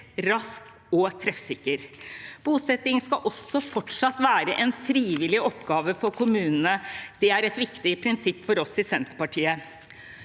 rask og treffsikker. Bosetting skal også fortsatt være en frivillig oppgave for kommunene. Det er et viktig prinsipp for oss i Senterpartiet.